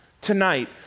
tonight